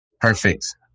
Perfect